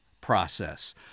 process